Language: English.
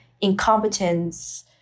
incompetence